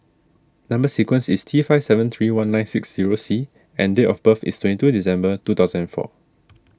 Number Sequence is T five seven three one nine six zero C and date of birth is twenty two December two thousand four